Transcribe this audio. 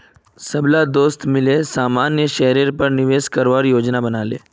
सबला दोस्त मिले सामान्य शेयरेर पर निवेश करवार योजना बना ले